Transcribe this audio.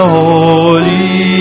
holy